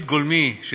ב.